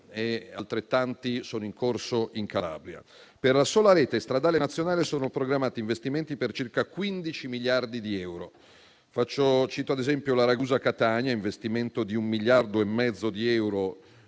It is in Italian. altrettanti sono in corso in Calabria. Per la sola rete stradale nazionale sono programmati investimenti per circa 15 miliardi di euro. Cito ad esempio la Ragusa-Catania (un investimento di 1,5 miliardi di euro),